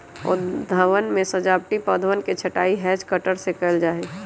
उद्यानवन में सजावटी पौधवन के छँटाई हैज कटर से कइल जाहई